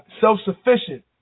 self-sufficient